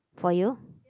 for you